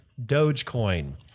Dogecoin